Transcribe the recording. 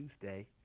Tuesday